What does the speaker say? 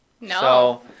no